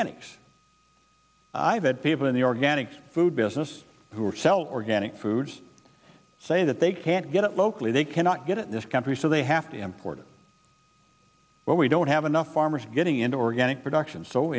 organics i that people in the organic food business who are selling organic foods say that they can't get it locally they cannot get it in this country so they have to import it but we don't have enough farmers getting into organic production so